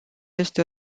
este